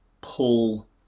pull